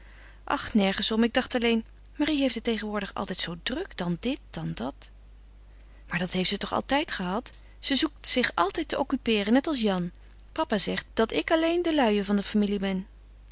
ach nergens om ik dacht alleen marie heeft het tegenwoordig altijd zoo druk dan dit dan dat maar dat heeft ze toch altijd gehad ze zoekt zich altijd te occupeeren net als jan papa zegt dat ik alleen de luie van de familie ben